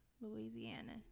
Louisiana